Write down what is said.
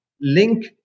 link